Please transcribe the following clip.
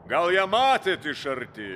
gal ją matėt iš arti